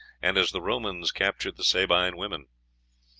and as the romans captured the sabine women.